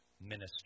ministry